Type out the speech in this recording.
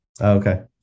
Okay